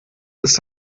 ist